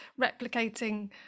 replicating